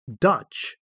Dutch